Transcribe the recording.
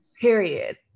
period